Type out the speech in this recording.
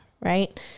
Right